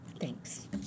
Thanks